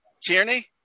Tierney